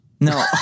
No